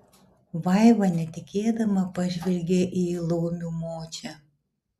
vaiva netikėdama pažvelgė į laumių močią